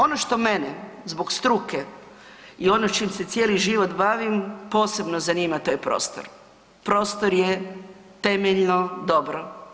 Ono što mene zbog struke i ono s čim se cijeli život bavim posebno zanima taj prostor, prostor je temeljno dobro.